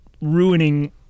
ruining